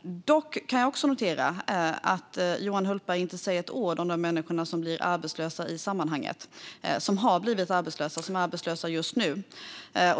Dock kan jag också notera att Johan Hultberg inte säger ett ord om de människor som blir arbetslösa i sammanhanget, de som har blivit arbetslösa och de som är arbetslösa just nu.